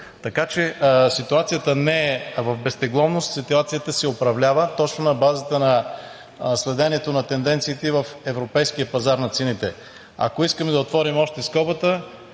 Така че ситуацията не е в безтегловност, ситуацията се управлява точно на базата на следенето на тенденциите и в европейския пазар на цените. Ако искаме да отворим още скобата,